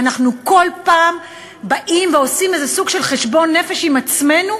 ואנחנו כל פעם באים ועושים איזה סוג של חשבון נפש עם עצמנו,